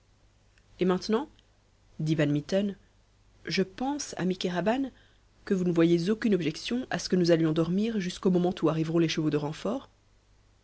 et maintenant dit van mitten je pense ami kéraban que vous ne voyez aucune objection à ce que nous allions dormir jusqu'au moment où arriveront les chevaux de renfort